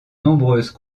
nombreuses